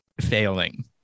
failing